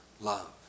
love